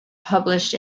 published